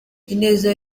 ineza